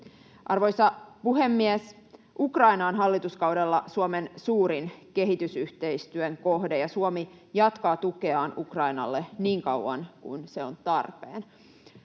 Arvoisa puhemies! Ukraina on hallituskaudella Suomen suurin kehitysyhteistyön kohde, ja Suomi jatkaa tukeaan Ukrainalle niin kauan kuin se on tarpeen.